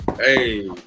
hey